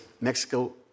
Mexico